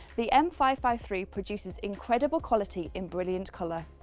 the m five five three produces incredible quality in brilliant colour.